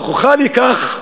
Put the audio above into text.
ההוכחה לכך,